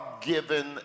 given